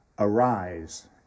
Arise